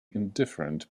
indifferent